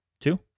two